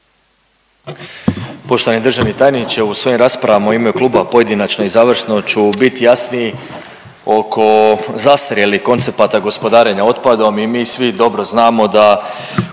Poštovani državni tajniče u svojim raspravama u ime kluba pojedinačno i završno ću bit jasniji oko zastarjelih koncepata gospodarenja otpadom i mi svi dobro znamo da